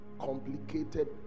complicated